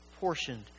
portioned